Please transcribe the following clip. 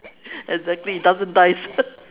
exactly doesn't dies